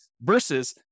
versus